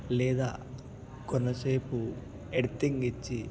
లేదా కొంతసేపు ఎర్తింగ్ ఇచ్చి